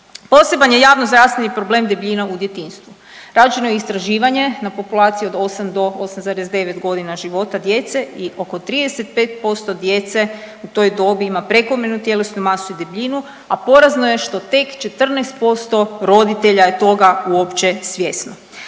Poseban je javnozdravstveni problem debljina u djetinjstvu. Rađeno je istraživanje na populaciji od 8 do 8,9 godina života djece i oko 35% djece u toj dobi ima prekomjernu tjelesnu masu i debljinu, a porazno je što tek 14% roditelja je toga uopće svjesno.